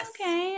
okay